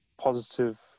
positive